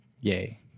Yay